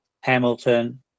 Hamilton